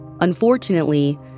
Unfortunately